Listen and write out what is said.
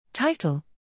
Title